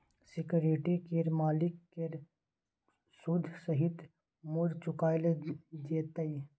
security केर मालिक केँ सुद सहित मुर चुकाएल जेतै